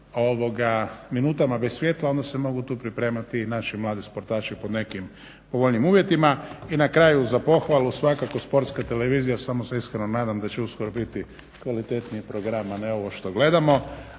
minutama bez svijetla, onda se mogu tu pripremati i naši mladi sportaši po nekim povoljnijim uvjetima. I na kraju, za pohvalu svakako Sportska televizija, samo se iskreno nadam da će uskoro biti kvalitetniji program, a ne ovo što gledamo.